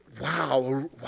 wow